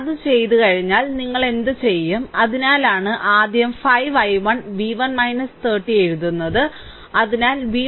അത് ചെയ്തുകഴിഞ്ഞാൽ നിങ്ങൾ എന്തു ചെയ്യും അതിനാലാണ് ആദ്യം 5 i1 v1 30 എഴുതുന്നത് അതിനാൽ v1 30 5 1